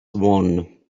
one